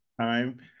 time